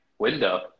window